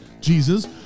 Jesus